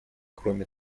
кроме